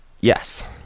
yes